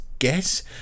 guess